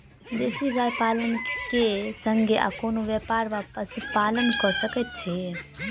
देसी गाय पालन केँ संगे आ कोनों व्यापार वा पशुपालन कऽ सकैत छी?